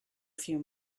few